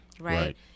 right